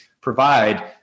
provide